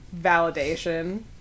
validation